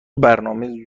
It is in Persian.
برنامه